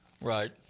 Right